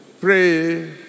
pray